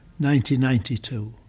1992